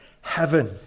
heaven